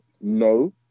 No